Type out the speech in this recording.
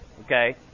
Okay